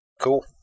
Cool